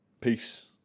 peace